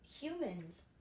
humans